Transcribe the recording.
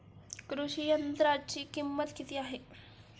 कृषी यंत्राची किंमत किती आहे?